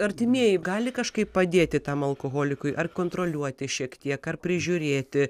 artimieji gali kažkaip padėti tam alkoholikui ar kontroliuoti šiek tiek ar prižiūrėti